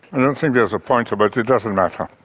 i don't think there's a pointer, but it doesn't matter!